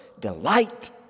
delight